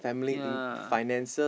yeah